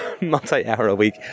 multi-hour-a-week